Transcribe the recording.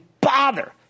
bother